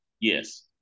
Yes